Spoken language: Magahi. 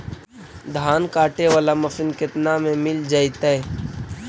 धान काटे वाला मशीन केतना में मिल जैतै?